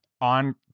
on